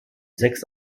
sechs